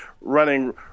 running –